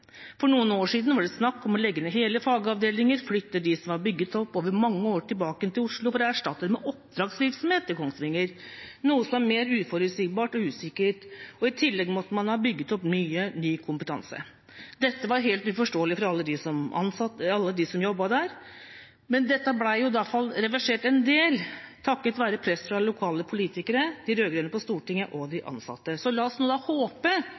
For noen år siden var det snakk om å legge ned hele fagavdelinger og flytte det som er bygd opp gjennom mange år, tilbake til Oslo for å erstatte det med oppdragsvirksomhet i Kongsvinger, noe som er mer uforutsigbart og usikkert. I tillegg måtte man ha bygd opp mye ny kompetanse. Dette var helt uforståelig for alle dem som jobbet der, men en del av dette ble reversert takket være press fra lokale politikere, de rød-grønne på Stortinget og de ansatte. Så la oss